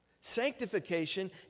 Sanctification